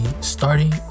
starting